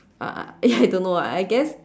uh ya I don't know ah I guess